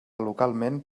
localment